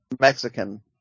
Mexican